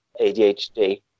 ADHD